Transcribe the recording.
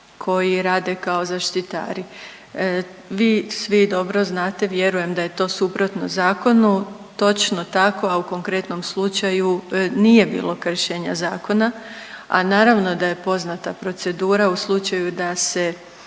koji rade kao zaštitari. Vi svi dobro znate vjerujem da je to suprotno zakonu, točno tako, a u konkretnom slučaju nije bilo kršenja zakona, a naravno da je poznata procedura u slučaju da se